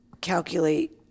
calculate